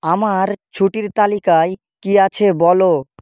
আমার ছুটির তালিকায় কি আছে বলো